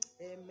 Amen